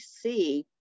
see